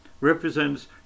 represents